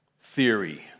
theory